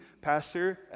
pastor